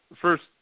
first –